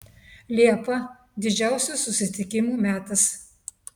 liepa didžiausių susitikimų metas